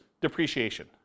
depreciation